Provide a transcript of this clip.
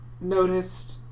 noticed